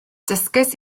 dysgais